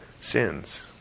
sins